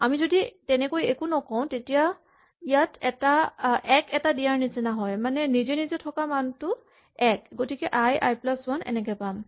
আমি যদি তেনেকৈ একো নকওঁ তেতিয়া ইয়াত এক এটা দিয়াৰ নিচিনা হয় মানে নিজে নিজে থকা মানটো এক গতিকে আই আই প্লাচ ৱান এনেকে পাম